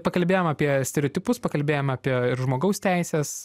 pakalbėjom apie stereotipus pakalbėjom apie ir žmogaus teises